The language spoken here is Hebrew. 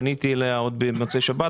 פניתי אליה עוד במוצאי שבת,